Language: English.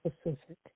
specific